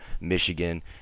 Michigan